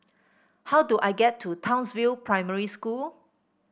how do I get to Townsville Primary School